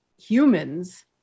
humans